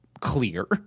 clear